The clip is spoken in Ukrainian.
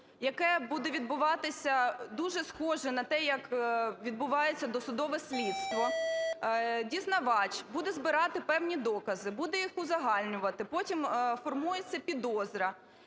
яке буде відбуватися дуже схоже на те, як відбувається досудове слідство. Дізнавач буде збирати певні докази, буде їх узагальнювати, потім формується підозра.